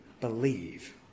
believe